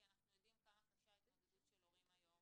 כי אנחנו יודעים כמה קשה ההתמודדות של הורים היום